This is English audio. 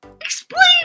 explain